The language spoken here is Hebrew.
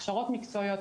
הכשרות מקצועיות,